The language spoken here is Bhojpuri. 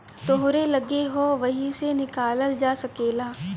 तोहरे लग्गे हौ वही से निकालल जा सकेला